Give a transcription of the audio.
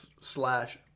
slash